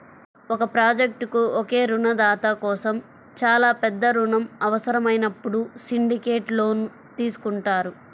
ఒక ప్రాజెక్ట్కు ఒకే రుణదాత కోసం చాలా పెద్ద రుణం అవసరమైనప్పుడు సిండికేట్ లోన్ తీసుకుంటారు